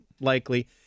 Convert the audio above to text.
likely